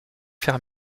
faire